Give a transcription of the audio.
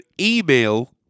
email